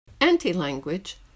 Anti-language